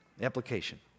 application